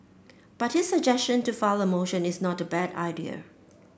but his suggestion to file a motion is not a bad idea